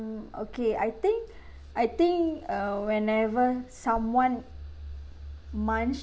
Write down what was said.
okay I think I think uh whenever someone munch